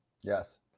Yes